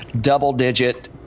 double-digit